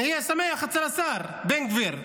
נהיה שמח אצל השר בן גביר.